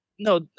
no